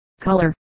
color